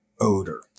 odor